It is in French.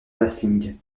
vasling